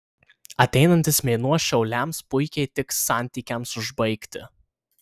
ateinantis mėnuo šauliams puikiai tiks santykiams užbaigti